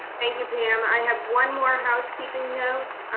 thank you, pam. i have one more housekeeping note.